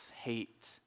hate